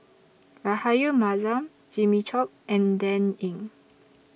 Rahayu Mahzam Jimmy Chok and Dan Ying